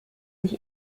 sich